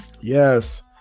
Yes